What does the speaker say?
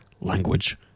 Language